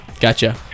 Gotcha